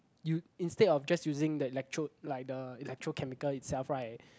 you instead of just using the electrode like the electrochemical itself right